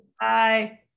Bye